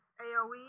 AOE